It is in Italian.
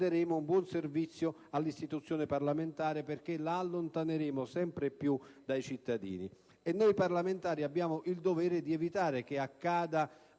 renderemo un buon servizio all'istituzione parlamentare, perché la allontaneremo sempre più dai cittadini. Noi parlamentari abbiamo il dovere di evitare che ciò accada